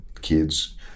kids